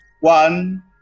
One